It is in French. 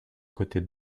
côtés